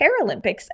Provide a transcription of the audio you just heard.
Paralympics